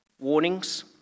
warnings